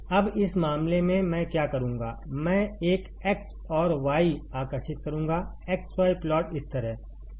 अब इस मामले में मैं क्या करूंगा मैं एक एक्स और वाई आकर्षित करूंगा x y प्लॉट इस तरह